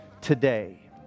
today